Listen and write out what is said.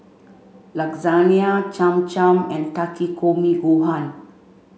Lasagna Cham Cham and Takikomi gohan